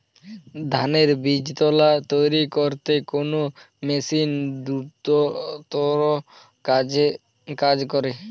ধানের বীজতলা তৈরি করতে কোন মেশিন দ্রুততর কাজ করে?